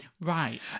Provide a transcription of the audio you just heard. Right